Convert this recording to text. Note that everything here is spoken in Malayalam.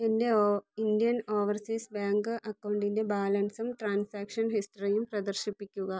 എൻ്റെ ഓ ഇന്ത്യൻ ഓവർസീസ് ബാങ്ക് അക്കൗണ്ടിൻ്റെ ബാലൻസും ട്രാൻസാക്ഷൻ ഹിസ്റ്ററിയും പ്രദർശിപ്പിക്കുക